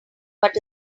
but